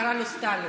קראו לו סטלין.